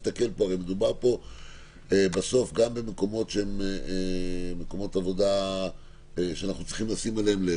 הרי בסופו של דבר מדובר על מקומות עבודה שאנחנו צריכים לשים לב אליהם.